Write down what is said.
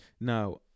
Now